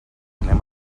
anem